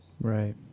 Right